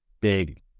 big